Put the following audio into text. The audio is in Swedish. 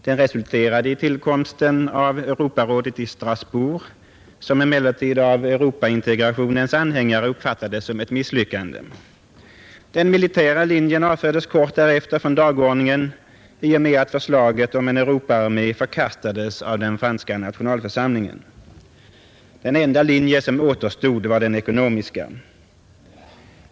Den resulterade i tillkomsten av Europarådet i Strassbourg, som emellertid av Europaintegrationens anhängare uppfattades som ett misslyckande. Den militära linjen avfördes kort därefter från dagordningen i och med att förslaget om en Europaarmé förkastades av den franska nationalförsamlingen. Den enda linje som återstod var den ekonomiska.